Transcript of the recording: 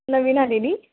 नवीन आलेली